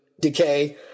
decay